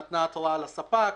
נתנה התרעה לספק,